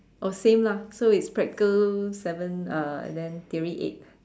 oh same lah so it's practical seven uh and then theory eight